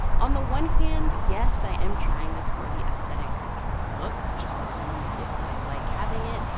on the one hand, yes i am trying this for the aesthetic look, just to see if i like having it.